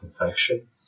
infection